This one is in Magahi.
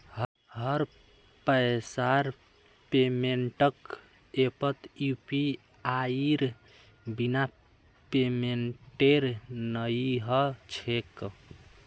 हर पैसार पेमेंटक ऐपत यूपीआईर बिना पेमेंटेर नइ ह छेक